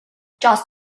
just